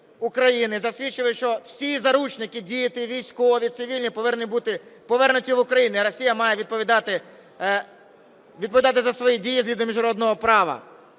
України, засвідчили, що всі заручники – діти, військові, цивільні – повинні бути повернуті в Україну, а Росія має відповідати за свої дії згідно з міжнародним правом.